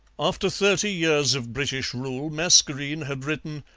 after thirty years of british rule mascarene had written,